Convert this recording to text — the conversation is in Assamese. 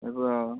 এইবোৰ অঁ